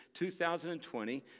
2020